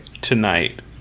Tonight